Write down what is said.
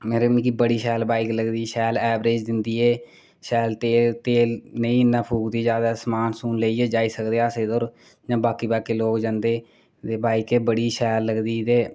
मतलब मिगी बड़ी शैल बाइक लगदी शैल ऐवरेज दिंदी ऐ शैल फेर तेल निं इन्ना फूकदी जादा समान समून लेइयै जाई सकदे जि'यां बाकी बाकी लोक जंदे ते बाइकें बड़ी शैल लगदी ते